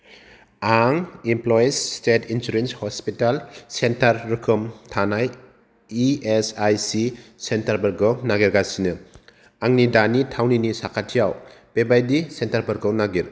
आं employees state insurance hospital centre रोखोम थानाय इ एस आइ सि सेन्टारफोरखौ नागिरगासिनो आंनि दानि थावनिनि साखाथियाव बेबादि सेन्टारफोरखौ नागिर